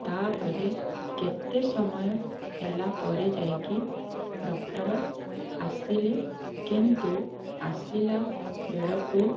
ତା'ପରେ କେତେ ସମୟ ହେଲା ପରେ ଯାଇକି ଡକ୍ଟର୍ ଆସିଲେ କିନ୍ତୁ ଆସିଲା ବେଳକୁ